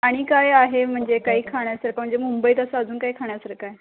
आणि काय आहे म्हणजे काही खाण्याचं पण जे मुंबईत असं अजून काय खाण्यासारखं आहे